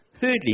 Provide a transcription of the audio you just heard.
Thirdly